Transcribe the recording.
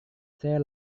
saya